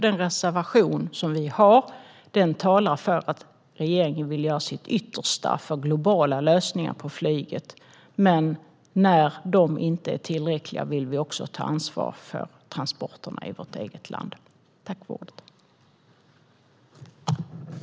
Den reservation som vi har föreslagit talar nämligen för att regeringen vill göra sitt yttersta för globala lösningar för flyget. Men när de lösningarna inte är tillräckliga vill vi ta ansvar för transporterna i vårt eget land också.